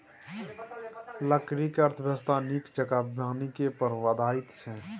लकड़ीक अर्थव्यवस्था नीक जेंका वानिकी पर आधारित छै